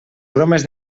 bromes